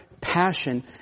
passion